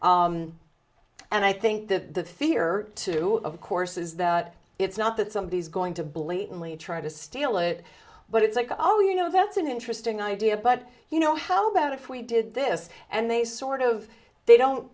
right and i think the fear too of course is that it's not that some of these going to blatantly try to steal it but it's like oh you know that's an interesting idea but you know how about if we did this and they sort of they don't